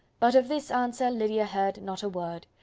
but of this answer lydia heard not a word.